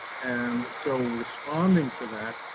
and so responding to that,